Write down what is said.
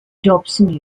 dobson